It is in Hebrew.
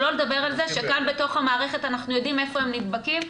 שלא לדבר על זה שכאן בתוך המערכת אנחנו יודעים איפה הם נדבקים.